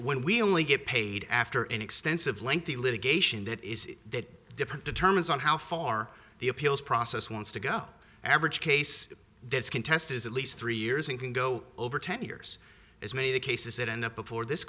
when we only get paid after an extensive lengthy litigation that is that different determines on how far the appeals process wants to go average case this contest is at least three years and can go over ten years as many of the cases that end up before this